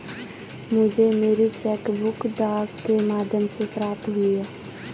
मुझे मेरी cheque book डाक के माध्यम से प्राप्त हुई है